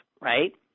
right